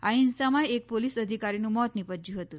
આ હિંસામાં એક પોલીસ અધિકારીનું મોત નિપજ્યું હતું